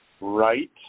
Right